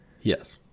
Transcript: Yes